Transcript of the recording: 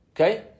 Okay